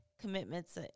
commitments